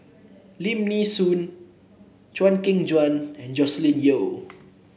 Lim Nee Soon Chew Kheng Chuan and Joscelin Yeo